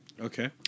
Okay